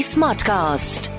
Smartcast